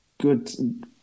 good